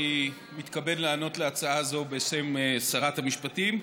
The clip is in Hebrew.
אני מתכבד לענות להצעה הזאת בשם שרת המשפטים,